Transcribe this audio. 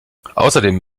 außerdem